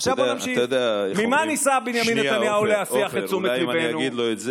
אני מבקש ממך.